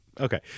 okay